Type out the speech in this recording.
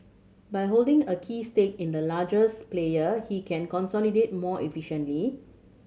by holding a key stake in the largest player he can consolidate more efficiently